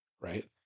right